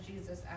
Jesus